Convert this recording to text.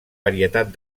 varietat